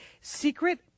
secret